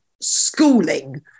schooling